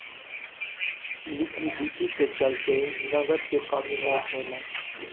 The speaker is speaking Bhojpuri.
लिक्विडिटी के चलते नगद के कमी ना होला